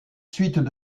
suites